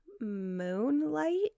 Moonlight